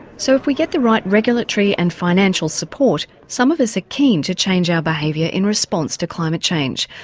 so if we get the right regulatory and financial support some of us are ah keen to change our behaviour in response to climate change.